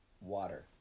water